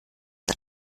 der